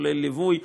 כולל ליווי,